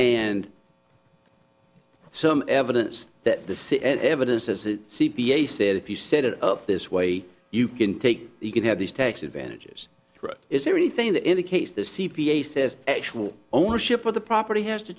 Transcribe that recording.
and some evidence that the city evidence has the c p a said if you set it up this way you can take you can have these tax advantages is there anything that indicates the c p a says actual ownership of the property has to